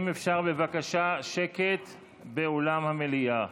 אם אפשר בבקשה שקט באולם המליאה.